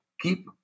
keep